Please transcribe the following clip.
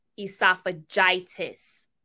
esophagitis